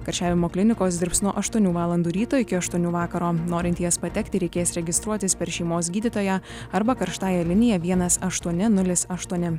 karščiavimo klinikos dirbs nuo aštuonių valandų ryto iki aštuonių vakaro norint į jas patekti reikės registruotis per šeimos gydytoją arba karštąja linija vienas aštuoni nulis aštuoni